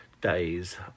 days